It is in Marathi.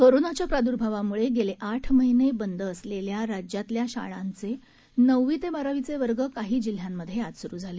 कोरोनाच्या प्राद्र्भावाम्ळे गेले आठ महिने बंद असलेल्या राज्यातल्या शाळांचे नववी ते बारावीचे वर्ग काही जिल्ह्यांमध्ये आज सुरु झाले